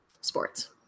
Sports